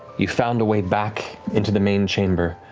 you found a way back into the main chamber,